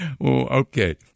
Okay